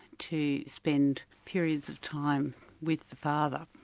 to spend periods of time with the father.